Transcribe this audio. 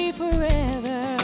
forever